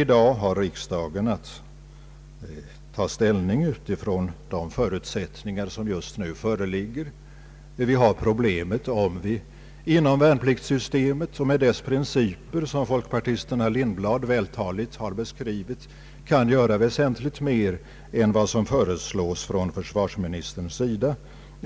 I dag har riksdagen att ta ställning utifrån de förutsättningar som just nu föreligger, där vi har problemet om vi inom värnpliktssystemet med dess principer, vilka folkpartisten herr Lindblad vältaligt har beskrivit, kan göra väsentligt mer än vad som föreslås av försvarsministern.